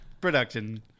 production